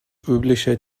übliche